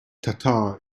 tatar